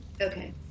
Okay